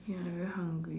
ya I very hungry